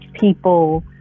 people